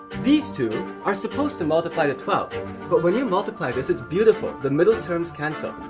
these two are supposed to multiply to twelve but when you multiply this, it's beautiful! the middle terms cancel,